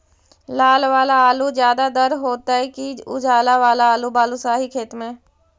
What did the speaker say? लाल वाला आलू ज्यादा दर होतै कि उजला वाला आलू बालुसाही खेत में?